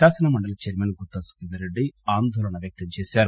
శాసనమండలి చైర్మన్ గుత్తా సుఖేందర్ రెడ్డి ఆందోళన వ్యక్తం చేశారు